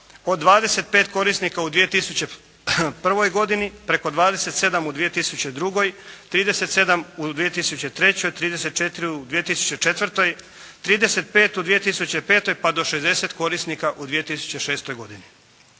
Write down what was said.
Od 25 korisnika u 2001. godini, preko 27 u 2002., 37 u 2003., 34 u 2004., 35 u 2005. pa do 60 korisnika u 2006. godini.